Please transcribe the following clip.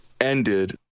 ended